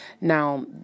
Now